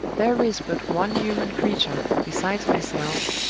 there is but one human creature, besides myself,